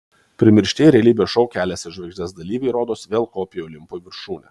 primirštieji realybės šou kelias į žvaigždes dalyviai rodos vėl kopia į olimpo viršūnę